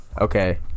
Okay